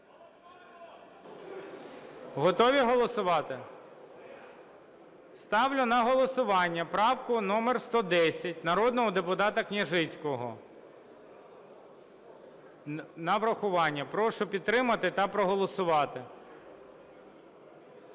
Готові голосувати? Ставлю на голосування правку номер 110 народного депутата Княжицького на врахування. Прошу підтримати та проголосувати.